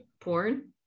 porn